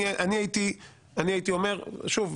אני הייתי אומר שוב,